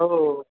हो